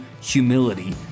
humility